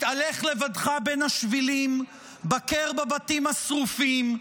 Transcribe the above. התהלך לבדך בין השבילים, בקר בבתים השרופים,